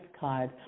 card